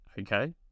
Okay